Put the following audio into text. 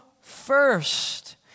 first